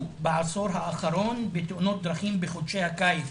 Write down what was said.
בעשור האחרון בתאונות דרכים בחודשי הקיץ